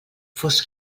fos